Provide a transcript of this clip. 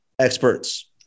experts